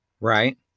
right